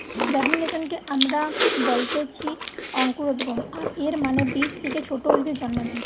জার্মিনেশনকে আমরা বলতেছি অঙ্কুরোদ্গম, আর এর মানে বীজ থেকে ছোট উদ্ভিদ জন্মানো